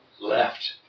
left